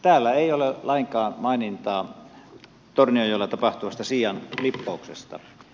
täällä ei ole lainkaan mainintaa torniojoella tapahtuvasta siian lippouksesta